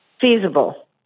feasible